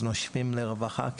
אז נושמים לרווחה,